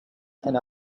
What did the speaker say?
and